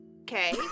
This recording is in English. Okay